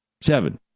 Seven